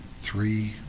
three